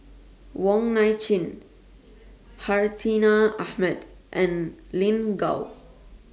Wong Nai Chin Hartinah Ahmad and Lin Gao